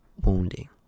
wounding